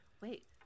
Wait